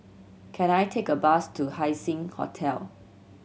can I take a bus to Haising Hotel